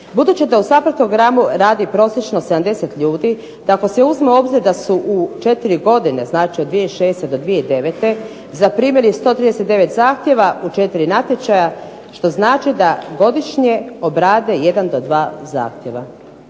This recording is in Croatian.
Budući da u SAPHARD programu radi prosječno 70 ljudi kako se uzme u obzir da su u 4 godine znači od 2006. do 2009. zaprimili 139 zahtjeva u 4 natječaja, što znači da godišnje obrade jedan do dva zahtjeva.